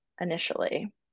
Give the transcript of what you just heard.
initially